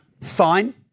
fine